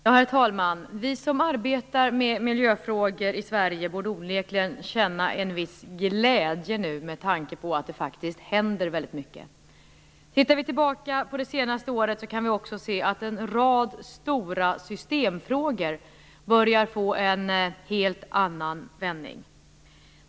Herr talman! Vi som arbetar med miljöfrågor i Sverige borde nu onekligen känna en viss glädje med tanke på att det faktiskt händer väldigt mycket. När vi ser tillbaka på det senaste året kan vi finna att en rad stora systemfrågor börjar få en helt annan vändning.